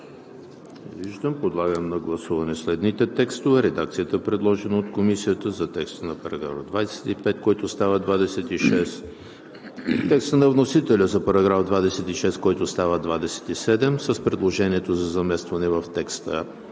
виждам. Подлагам на гласуване следните текстове: редакцията, предложена от Комисията за текста на § 25, който става § 26; текста на вносителя за § 26, който става § 27, с предложението за заместване в текста,